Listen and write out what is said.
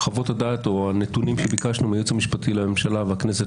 חוות-הדעת או הנתונים שביקשנו מהייעוץ המשפטי לממשלה והכנסת,